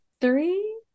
Three